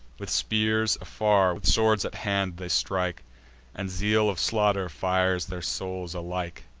with spears afar, with swords at hand, they strike and zeal of slaughter fires their souls alike.